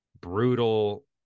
brutal